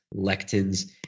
lectins